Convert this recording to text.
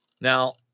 now